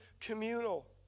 communal